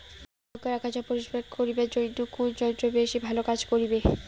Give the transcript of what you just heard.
লংকার আগাছা পরিস্কার করিবার জইন্যে কুন যন্ত্র বেশি ভালো কাজ করিবে?